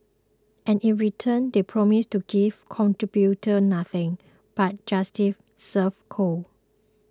and in return they promise to give contributors nothing but justice served cold